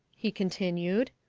he continued,